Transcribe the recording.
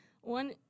one